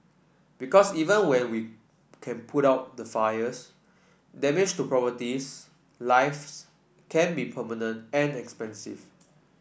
because even when we can put out the fires damage to properties lives can be permanent and expensive